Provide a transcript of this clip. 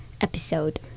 episode